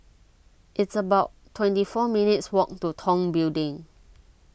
it's about twenty four minutes' walk to Tong Building